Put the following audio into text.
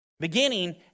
Beginning